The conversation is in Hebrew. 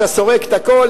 אתה סורק את הכול,